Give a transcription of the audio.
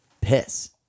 piss